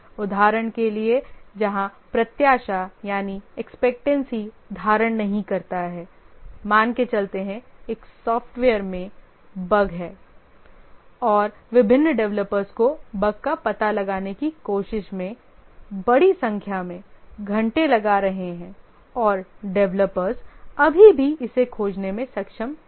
उदाहरण के लिए जहां प्रत्याशा धारण नहीं करता है मान के चलते हैं एक सॉफ्टवेयर में बग है और विभिन्न डेवलपर्स को बग का पता लगाने की कोशिश में बड़ी संख्या में घंटे लगा रहे हैं और डेवलपर्स अभी भी इसे खोजने में सक्षम नहीं हैं